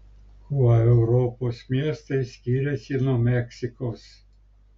kuo europos miestai skiriasi nuo meksikos